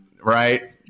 right